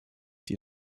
die